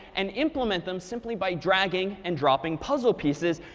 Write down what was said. and implement them simply by dragging and dropping puzzle pieces.